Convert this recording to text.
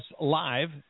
Live